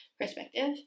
perspective